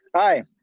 aye,